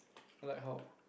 like how